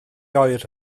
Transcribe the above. oer